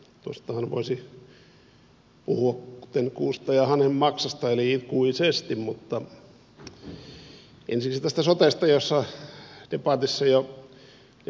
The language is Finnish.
tuostahan voisi puhua kuten kuusta ja hanhenmaksasta eli ikuisesti mutta ensiksi tästä sotesta josta debatissa jo puhuttiin